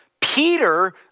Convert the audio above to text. Peter